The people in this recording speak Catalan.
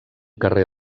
carrer